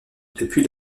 depuis